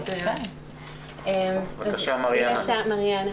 בבקשה מריאנה.